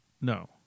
No